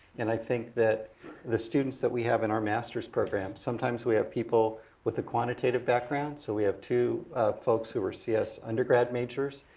and i think that the students that we have in our master's program, sometimes we have people with a quantitative background. so we have two folks who were cs undergrad majors.